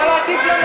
זוהי זכותי.